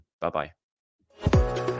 Bye-bye